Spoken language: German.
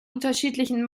unterschiedlichen